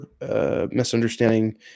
misunderstanding